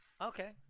Okay